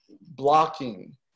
blocking